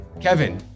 Kevin